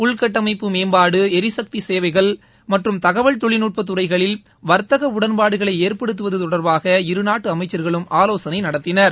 உள்கட்டமைப்பு மேம்பாடு எரிசக்தி சேவைகள் மற்றும் தகவல் தொழில்நுட்ப துறைகளில் வா்த்தக உடன்பாடுகளை ஏற்படுத்துவது தொடர்பாக இருநாட்டு அமைச்சர்களும் ஆலோசனை நடத்தினர்